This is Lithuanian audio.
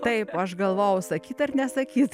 taip o aš galvojau sakyt ar nesakyt